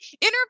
inner